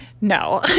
no